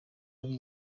ari